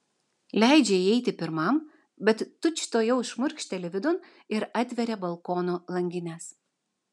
leidžia įeiti pirmam bet tučtuojau šmurkšteli vidun ir atveria balkono langines